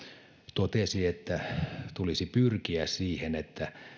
totesi että tulisi pyrkiä siihen että